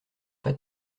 pas